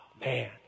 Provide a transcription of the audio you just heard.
man